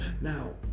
now